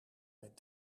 met